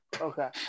Okay